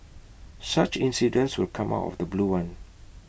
such incidents will come out of the blue one